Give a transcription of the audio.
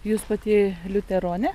jūs pati liuteronė